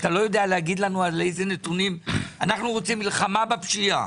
אנחנו רוצים מלחמה בפשיעה.